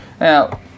Now